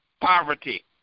poverty